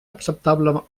acceptable